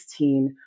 2016